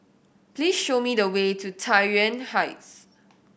please show me the way to Tai Yuan Heights